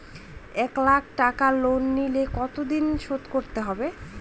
এক লাখ টাকা লোন নিলে কতদিনে শোধ করতে হবে?